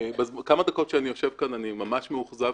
ובכמה דקות שאני יושב כאן אני ממש מאוכזב.